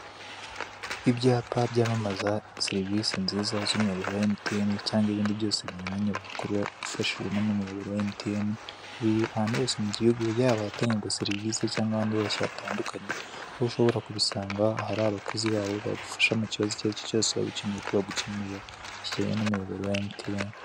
Ibyapa byamamaza serivisi nziza z'umuyoboro wa Emutiyeni cyangwa ibindi byose binyuranye wakora ufashijwemo n'umuyoboro wa Emutiyeni, biri ahantu hose mu gihugu, yaba ahatangirwa serivisi cyangwa ahandi hose hatandukanye, aho ushobora kubisanga ahari abakozi babo bagufasha mu kibazo icyo ari cyo cyose waba ukeneye ko bagukemurira cyijyanye n'umuyoboro wa Emutiyeni.